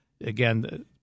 again